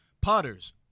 potters